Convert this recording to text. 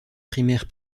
primaire